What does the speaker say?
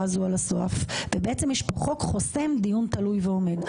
הזו על הסף ובעצם יש פה חוק חוסם דיון תלוי ועומד.